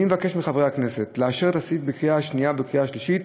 אני מבקש מחברי הכנסת לאשר את הסעיף בקריאה השנייה ובקריאה השלישית